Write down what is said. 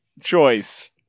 choice